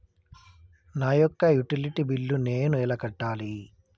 నా యొక్క utility bill నేను ఎలా కట్టాలి?